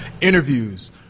interviews